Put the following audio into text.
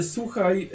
Słuchaj